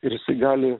ir jisai gali